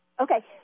Okay